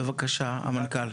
בבקשה, המנכ"ל.